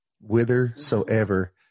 whithersoever